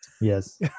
Yes